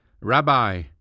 Rabbi